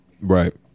Right